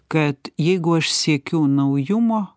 kad jeigu aš siekiu naujumo